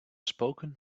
spoken